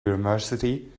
university